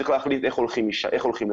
צריך להחליט איך הולכים לשם.